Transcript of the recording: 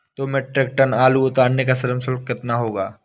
दो metric ton आलू उतारने का श्रम शुल्क कितना होगा?